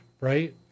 right